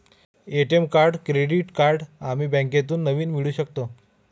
ATM card credit card आम्ही बँकेतून नवीन मिळवू शकतो